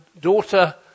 daughter